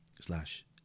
Slash